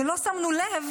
שלא שמנו לב